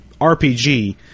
RPG